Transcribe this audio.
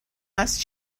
هست